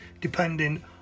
depending